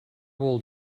old